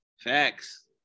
Facts